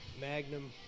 Magnum